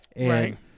Right